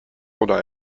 oder